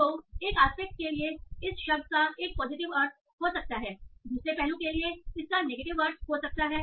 तो एक आस्पेक्ट के लिए इस शब्द का एक पॉजिटिव अर्थ हो सकता है दूसरे पहलू के लिए इसका नेगेटिव अर्थ हो सकता है